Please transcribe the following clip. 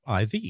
IV